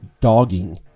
dogging